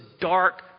dark